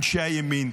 אנשי הימין,